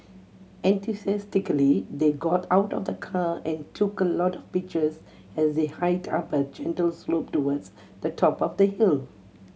enthusiastically they got out of the car and took a lot of pictures as they hiked up a gentle slope towards the top of the hill